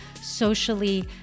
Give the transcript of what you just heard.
socially